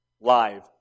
live